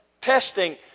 testing